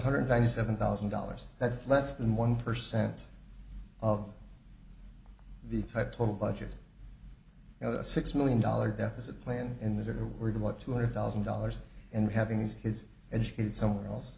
hundred ninety seven thousand dollars that's less than one percent of the type total budget six million dollars deficit plan in the world what two hundred thousand dollars and having these kids educated somewhere else